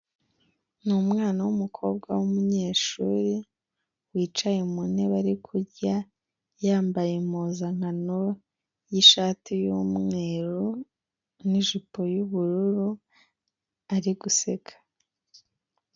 N iumwana w'umukobwa w'umunyeshuri, wicaye mu ntebe ari kurya, yambaye impuzankano y'ishati y'umweru, n'ijipo y'ubururu, ari guseka.